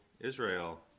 Israel